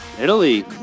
Italy